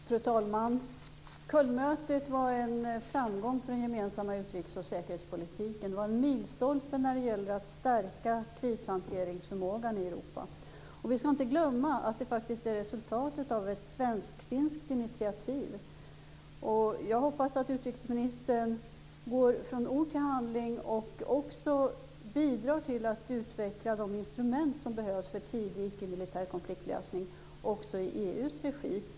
Fru talman! Kölnmötet var en framgång för den gemensamma utrikes och säkerhetspolitiken. Det var en milstolpe när det gäller att stärka krishanteringsförmågan i Europa. Vi skall inte glömma att det är resultatet av ett svensk-finskt initiativ. Jag hoppas att utrikesministern går från ord till handling och bidrar till att utveckla de instrument som behövs för tidig icke-militär konfliktlösning också i EU:s regi.